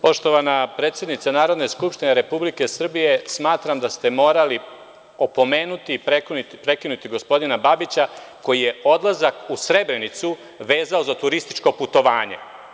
Poštovana predsednice Narodne skupštine Republike Srbije, smatram da ste morali opomenuti i prekinuti gospodina Babića koji je odlazak u Srebrenicu vezao za turističko putovanje.